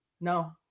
No